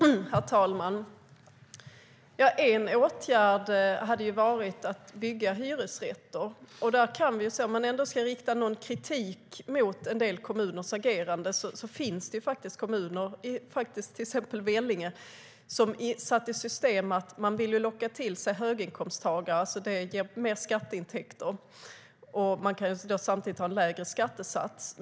Herr talman! En åtgärd hade ju varit att bygga hyresrätter. Om man ska rikta någon kritik mot en del kommuners agerande finns det faktiskt kommuner, till exempel Vellinge, som har satt i system att locka till sig höginkomsttagare med hjälp av skatteintäkter. Samtidigt kan kommunen då ha lägre skattesats.